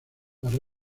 las